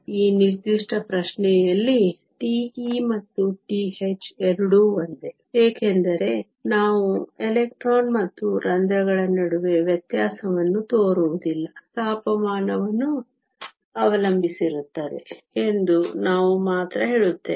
ಈ ನಿರ್ದಿಷ್ಟ ಪ್ರಶ್ನೆಯಲ್ಲಿ τe ಮತ್ತು τh ಎರಡೂ ಒಂದೇ ಏಕೆಂದರೆ ನಾವು ಎಲೆಕ್ಟ್ರಾನ್ ಮತ್ತು ರಂಧ್ರಗಳ ನಡುವೆ ವ್ಯತ್ಯಾಸವನ್ನು ತೋರಿಸುವುದಿಲ್ಲ ತಾಪಮಾನವನ್ನು ಅವಲಂಬಿಸಿರುತ್ತದೆ ಎಂದು ನಾವು ಮಾತ್ರ ಹೇಳುತ್ತೇವೆ